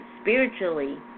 spiritually